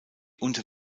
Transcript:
unter